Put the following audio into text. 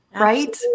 Right